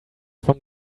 from